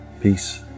peace